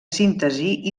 síntesi